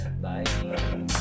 bye